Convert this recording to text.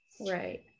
Right